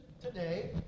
today